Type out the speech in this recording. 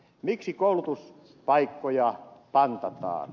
miksi koulutuspaikkoja pantataan